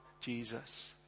Jesus